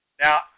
Now